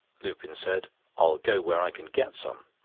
lupin said i'll go where i can get some,